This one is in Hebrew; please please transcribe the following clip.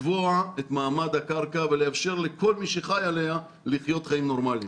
לקבוע את מעמד הקרקע ולאפשר לכל מי שחי עליה לחיות חיים נורמליים.